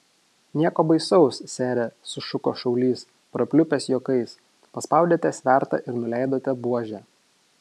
nieko baisaus sere sušuko šaulys prapliupęs juokais paspaudėte svertą ir nuleidote buožę